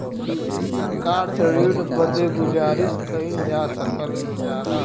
सरकार से ऋण बदे गुजारिस कइल जा सकल जाला